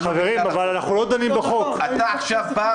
אבל לא --- אתה עכשיו בא,